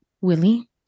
Willie